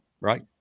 Right